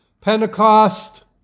Pentecost